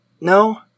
No